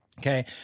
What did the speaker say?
okay